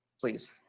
Please